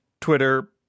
Twitter